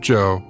Joe